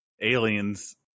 aliens